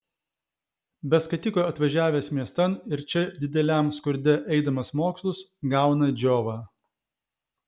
be skatiko atvažiavęs miestan ir čia dideliam skurde eidamas mokslus gauna džiovą